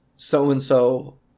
So-and-so